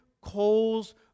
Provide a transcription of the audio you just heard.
coals